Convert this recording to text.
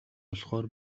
болохоор